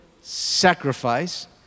sacrifice